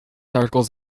articles